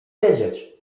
wiedzieć